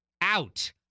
out